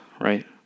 right